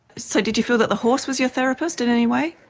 so did you feel that the horse was your therapist in any way?